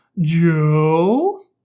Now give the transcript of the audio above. Joe